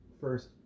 first